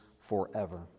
forever